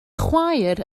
chwaer